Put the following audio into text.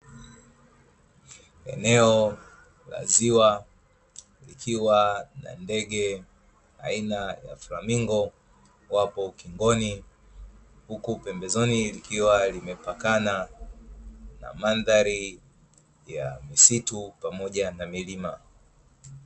Eneo la ziwa likiwa na ndege aina ya flamingo, wapo ukingoni, huku pembezoni likiwa limepakana na mandhari ya misitu pamoja na milima.